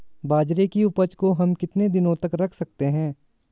बाजरे की उपज को हम कितने दिनों तक रख सकते हैं?